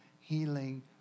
healing